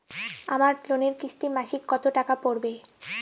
আমার লোনের কিস্তি মাসিক কত টাকা পড়বে?